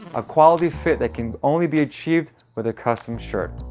a quality fit can only be achieved with a custom shirt.